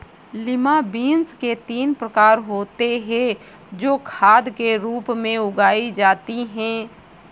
lima beans के तीन प्रकार होते हे जो खाद के रूप में उगाई जाती हें